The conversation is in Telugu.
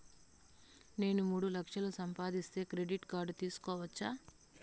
నేను మూడు లక్షలు సంపాదిస్తే క్రెడిట్ కార్డు తీసుకోవచ్చా?